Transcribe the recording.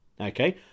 Okay